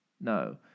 No